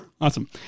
Awesome